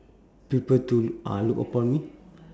people to uh look upon me